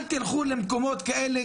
אל תלכו למקומות כאלה,